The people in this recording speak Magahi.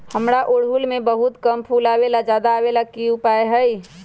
हमारा ओरहुल में बहुत कम फूल आवेला ज्यादा वाले के कोइ उपाय हैं?